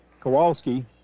Kowalski